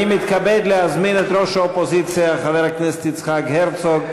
אני מתכבד להזמין את ראש האופוזיציה חבר הכנסת יצחק הרצוג.